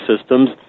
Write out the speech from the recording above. systems